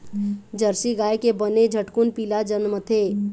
Jersey गाय के बने झटकुन पिला जनमथे